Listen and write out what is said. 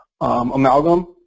Amalgam